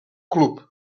club